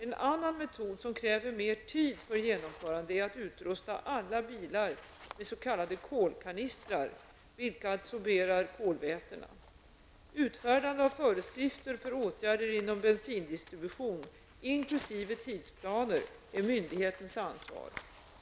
En annan metod som kräver mer tid för genomförande är att utrusta alla bilar med s.k. kolkanistrar vilka adsorberar kolvätena. Utfärdande av föreskrifter för åtgärder inom bensindistribution inkl. tidsplaner är myndigheternas ansvar.